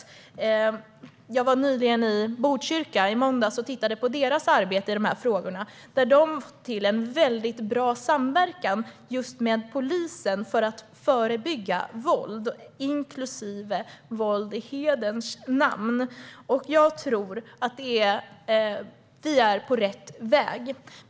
I måndags var jag i Botkyrka för att få information om deras arbete i dessa frågor. De har fått till en mycket bra samverkan just med polisen för att förebygga våld, inklusive våld i hederns namn. Jag tror att vi är på rätt väg.